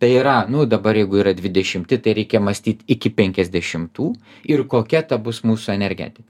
tai yra nu dabar jeigu yra dvidešimti tai reikia mąstyt iki penkiasdešimtų ir kokia ta bus mūsų energetika